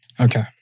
Okay